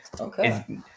okay